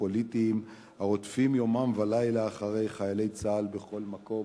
פוליטיים הרודפים יומם ולילה אחרי חיילי צה"ל בכל מקום.